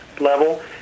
level